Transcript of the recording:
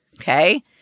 okay